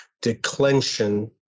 declension